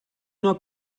nur